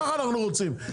ככה אנחנו רוצים,